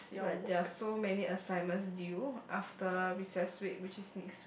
like there are so many assignments due after recess week which is next week